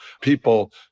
people